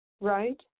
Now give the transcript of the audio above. right